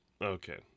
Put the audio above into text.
Okay